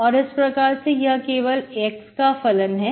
और इस प्रकार यह केवल x का फलन है